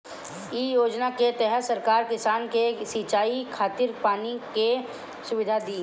इ योजना के तहत सरकार किसान के सिंचाई खातिर पानी के सुविधा दी